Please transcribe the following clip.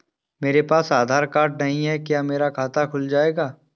मेरे पास आधार कार्ड नहीं है क्या मेरा खाता खुल जाएगा?